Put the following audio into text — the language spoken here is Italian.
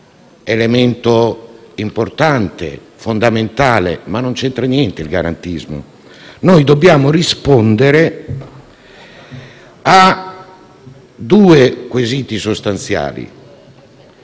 elemento importante e fondamentale; ma non c'entra niente il garantismo. Noi dobbiamo rispondere a due quesiti sostanziali: